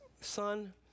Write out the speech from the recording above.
son